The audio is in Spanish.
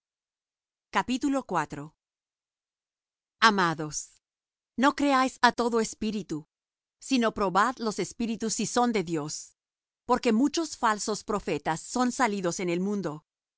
ha dado amados no creáis á todo espíritu sino probad los espíritus si son de dios porque muchos falsos profetas son salidos en el mundo